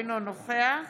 אינו נוכח